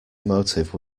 motive